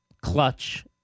Clutch